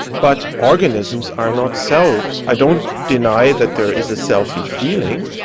but organisms are not selves. i don't deny that there is a self-y feeling.